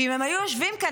ואם הם היו יושבים כאן,